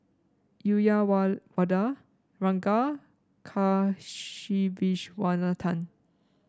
Uyyalawada Ranga Kasiviswanathan